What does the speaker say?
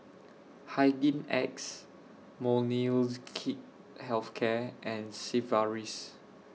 Hygin X Molnylcke Health Care and Sigvaris